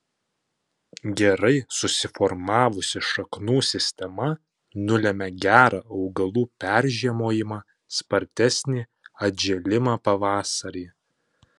gerai susiformavusi šaknų sistema nulemia gerą augalų peržiemojimą spartesnį atžėlimą pavasarį